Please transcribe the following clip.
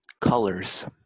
Colors